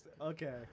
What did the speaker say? okay